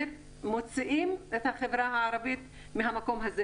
מוציאים את החברה הערבית מהמקום הזה.